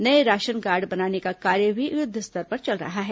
नये ration card बनाने का कार्य भी युद्धस्तर पर चल रहा है